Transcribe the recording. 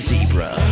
Zebra